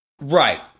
Right